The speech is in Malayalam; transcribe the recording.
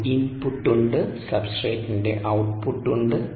ഒരു ഇൻപുട്ട് ഉണ്ട് സബ്സ്ട്രേറ്റിന്റെ ഔട്ട്പുട്ട്ഉണ്ട്